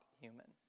human